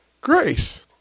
Grace